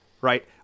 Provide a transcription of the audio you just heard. Right